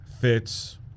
Fitz